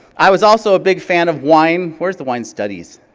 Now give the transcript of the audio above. i was also a big fan of wine. where's the wine studies?